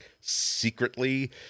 secretly